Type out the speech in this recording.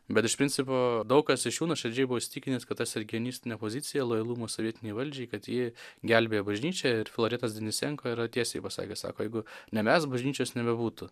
bet iš principo daug kas iš jų nuoširdžiai buvo įsitikinęs kad sergėjenistinė pozicija lojalumo sovietinei valdžiai kad ji gelbėjo bažnyčią ir filoretas dinisenko yra tiesiai pasakęs sako jeigu ne mes bažnyčios nebebūtų